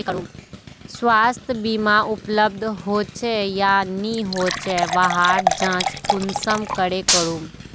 स्वास्थ्य बीमा उपलब्ध होचे या नी होचे वहार जाँच कुंसम करे करूम?